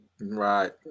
Right